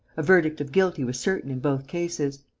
a verdict of guilty was certain in both cases.